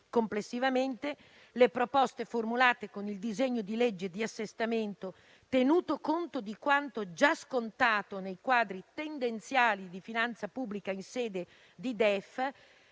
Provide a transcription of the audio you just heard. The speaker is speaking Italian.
Complessivamente, le proposte formulate con il disegno di legge di assestamento, tenuto conto di quanto già scontato nei quadri tendenziali di finanza pubblica in sede di DEF,